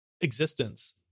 existence